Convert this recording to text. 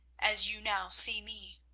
as you now see me,